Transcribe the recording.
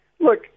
Look